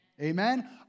Amen